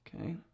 Okay